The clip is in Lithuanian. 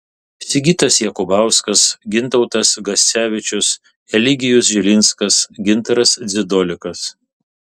sigitas jakubauskas gintautas gascevičius eligijus žilinskas gintaras dzidolikas